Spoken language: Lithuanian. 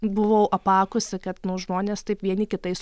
buvau apakusi kad žmonės taip vieni kitais